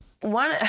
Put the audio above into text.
one